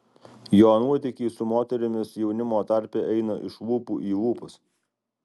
jo nuotykiai su moterimis jaunimo tarpe eina iš lūpų į lūpas